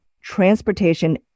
transportation